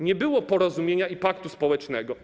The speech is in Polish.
Nie było porozumienia i paktu społecznego.